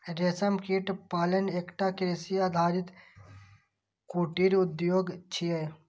रेशम कीट पालन एकटा कृषि आधारित कुटीर उद्योग छियै